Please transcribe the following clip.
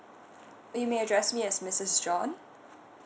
you may address me as misses John